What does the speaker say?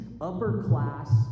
upper-class